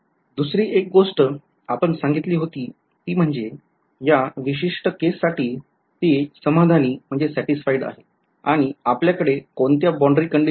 दुसरी एक गोष्ट आपण सांगितली होती ती म्हणजे या विशिष्ट केससाठी समाधानी आहे आपल्याकडे कोणत्या boundary कंडिशन्स आहेत